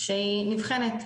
שהיא נבחנת.